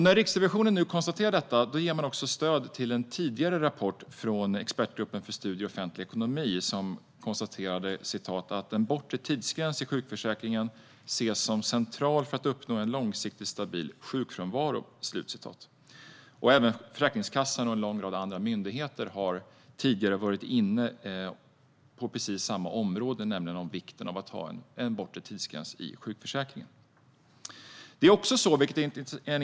När Riksrevisionen konstaterar detta ger man också stöd till en tidigare rapport från Expertgruppen för studier i offentlig ekonomi som konstaterat: En bortre tidsgräns i sjukförsäkringen ses som central för att uppnå en långsiktigt stabil sjukfrånvaro. Även Försäkringskassan och en lång rad andra myndigheter har tidigare varit inne på samma sak, nämligen vikten av att ha en bortre tidsgräns i sjukförsäkringen.